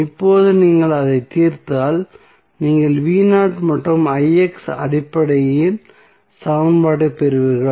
இப்போது நீங்கள் அதைத் தீர்த்தால் நீங்கள் மற்றும் அடிப்படையில் சமன்பாட்டைப் பெறுவீர்கள்